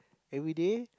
everyday